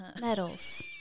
Medals